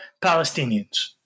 Palestinians